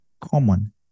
common